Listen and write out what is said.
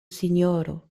sinjoro